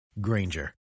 Granger